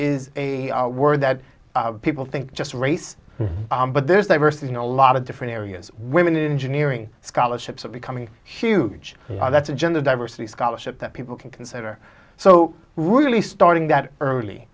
is a word that people think just race but there's diversity in a lot of different areas women to engineering scholarships are becoming huge that's a gender diversity scholarship that people can consider so really starting that early